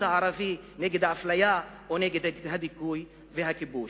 הערבי נגד האפליה או נגד הדיכוי והכיבוש.